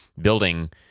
building